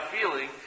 feeling